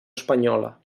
espanyola